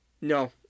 no